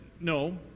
no